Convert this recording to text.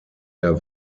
der